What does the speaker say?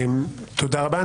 תודה רבה.